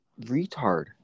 retard